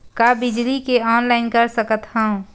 का बिजली के ऑनलाइन कर सकत हव?